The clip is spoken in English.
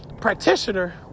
practitioner